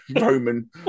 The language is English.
Roman